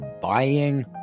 buying